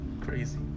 crazy